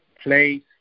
place